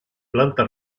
planta